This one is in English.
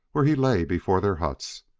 where he lay before their huts,